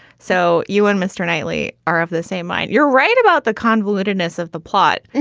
so you and mr. knightley are of the same mind. you're right about the convoluted ness of the plot. and